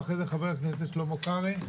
ואחרי זה חבר הכנסת שלמה קרעי,